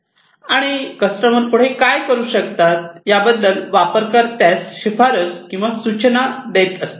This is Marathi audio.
आणि कस्टमर पुढे काय करू शकतात याबद्दल वापर कर्त्यास शिफारस किंवा सूचना देत असतात